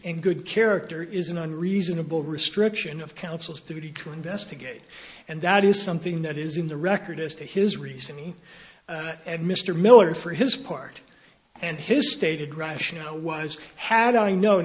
and good character isn't an reasonable restriction of counsel's duty to investigate and that is something that is in the record as to his reasoning and mr miller for his part and his stated rationale was had i known